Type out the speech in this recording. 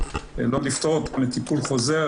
ולא לפתור מטיפול חוזר,